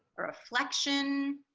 a reflection